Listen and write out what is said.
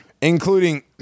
including